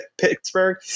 Pittsburgh